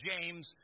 James